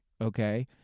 okay